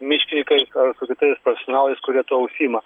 miškininkais ar su kitais profesionalais kurie tuo užsiima